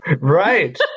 Right